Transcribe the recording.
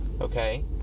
okay